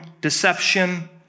deception